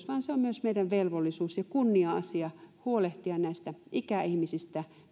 vaan on myös meidän velvollisuutemme ja kunnia asiamme huolehtia näistä ikäihmisistä meidän